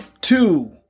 Two